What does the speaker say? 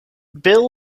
bill